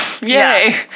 yay